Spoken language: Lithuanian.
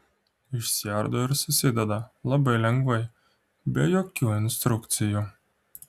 išsiardo ir susideda labai lengvai be jokių instrukcijų